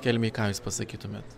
kelmėj ką jūs pasakytumėt